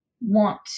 want